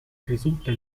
risulta